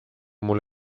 mul